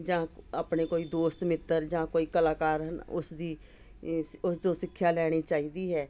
ਜਾਂ ਆਪਣੇ ਕੋਈ ਦੋਸਤ ਮਿੱਤਰ ਜਾਂ ਕੋਈ ਕਲਾਕਾਰ ਉਸਦੀ ਉਸ ਤੋਂ ਸਿੱਖਿਆ ਲੈਣੀ ਚਾਹੀਦੀ ਹੈ